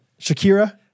shakira